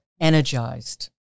energized